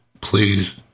Please